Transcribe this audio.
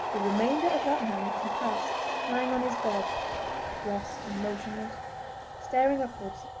the remainder of that night he passed lying on his bed dressed and motionless staring upwards,